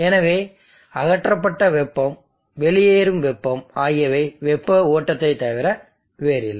எனவே அகற்றப்பட்ட வெப்பம் வெளியேறும் வெப்பம் ஆகியவை வெப்ப ஓட்டத்தைத் தவிர வேறில்லை